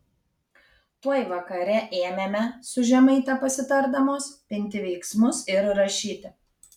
tuoj vakare ėmėme su žemaite pasitardamos pinti veiksmus ir rašyti